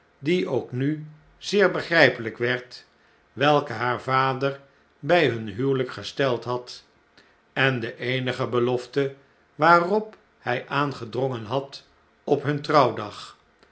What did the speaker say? die ook nu zeer begrjjpelp werd welke haar vader bjj hun huwelijk gesteld had en de eenige belofte waarop hij aangedrongen had op hun trouwdag